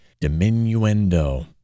diminuendo